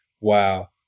wow